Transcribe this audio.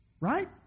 right